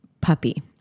puppy